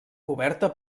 coberta